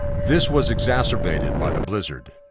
this was exacerbated by the blizzard.